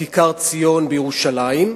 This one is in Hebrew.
לכיכר-ציון בירושלים.